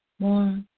more